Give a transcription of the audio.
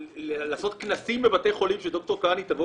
לעשות כנסים בבתי חולים שד"ר קרני תבוא